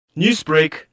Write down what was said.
Newsbreak